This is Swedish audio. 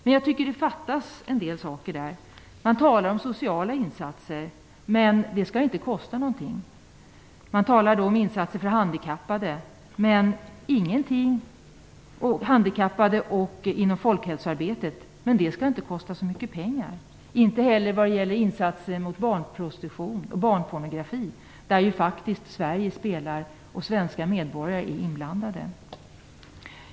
Men jag tycker att det fattas en del saker. Man talar om insatser för handikappade och insatser inom folkhälsoarbetet, men det skall inte kosta så mycket pengar. Det skall inte heller insatserna mot barnprostitution och barnpornografi, där faktiskt Sverige och svenska medborgare är inblandade.